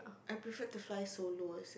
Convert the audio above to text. I prefer to fly solos as a